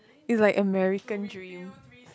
is like American dream